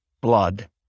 blood